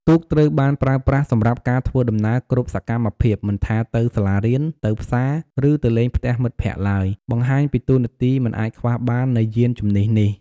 ទូកត្រូវបានប្រើប្រាស់សម្រាប់ការធ្វើដំណើរគ្រប់សកម្មភាព មិនថាទៅសាលារៀន ទៅផ្សារ ឬទៅលេងផ្ទះមិត្តភក្តិឡើយ បង្ហាញពីតួនាទីមិនអាចខ្វះបាននៃយានជំនិះនេះ។